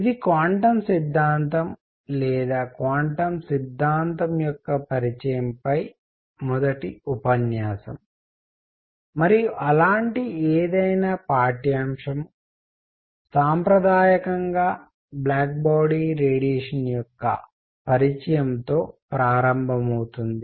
ఇది క్వాంటమ్ సిద్ధాంతము లేదా క్వాంటమ్ సిద్ధాంతము యొక్క పరిచయం పై మొదటి ఉపన్యాసం మరియు అలాంటి ఏదైనా పాఠ్యాంశం సాంప్రదాయకంగా బ్లాక్ బాడీ రేడియేషన్ యొక్క పరిచయం తో ప్రారంభమవుతుంది